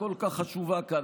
הכל-כך חשובה כאן.